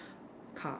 car